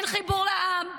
אין חיבור לעם,